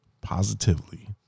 positively